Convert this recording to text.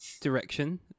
direction